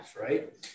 right